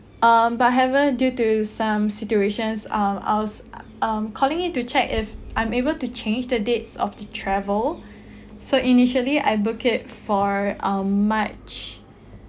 um but however due to some situations uh I was um calling in to check if I'm able to change the dates of the travel so initially I booked it for um march